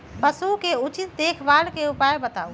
पशु के उचित देखभाल के उपाय बताऊ?